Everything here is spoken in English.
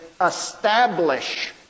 establish